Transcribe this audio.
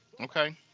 Okay